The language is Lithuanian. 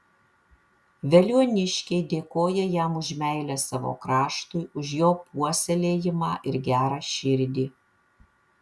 veliuoniškiai dėkoja jam už meilę savo kraštui už jo puoselėjimą ir gerą širdį